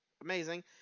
amazing